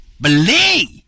Believe